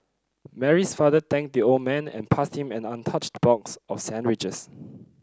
Mary's father thanked the old man and passed him an untouched box of sandwiches